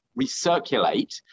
recirculate